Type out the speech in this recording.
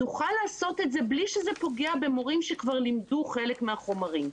נוכל לעשות את זה בלי שזה פוגע במורים שכבר לימדו חלק מהחומרים.